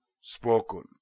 spoken